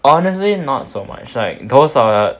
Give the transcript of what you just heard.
honestly not so much like those are